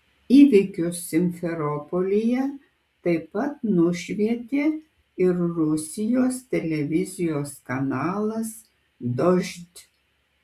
įvykius simferopolyje taip pat nušvietė ir rusijos televizijos kanalas dožd